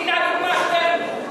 הנה הדוגמה, שטרן.